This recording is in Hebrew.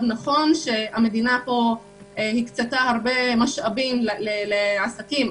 נכון שהמדינה פה הקצתה הרבה משאבים לעסקים.